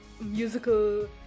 musical